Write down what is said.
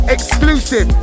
exclusive